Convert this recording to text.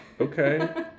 Okay